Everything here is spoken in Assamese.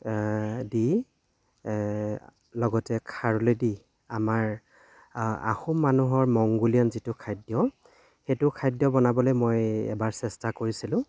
দি লগতে খাৰলি দি আমাৰ আহোম মানুহৰ মংগোলীয়ান যিটো খাদ্য সেইটো খাদ্য বনাবলৈ মই এবাৰ চেষ্টা কৰিছিলোঁ